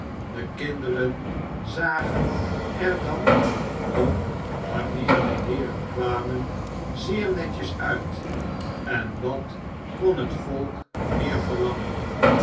de kinderen zagen er dan ook wanneer de heeren kwamen zeer netjes uit en wat kon het volk meer verlangen